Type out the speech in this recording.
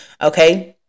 Okay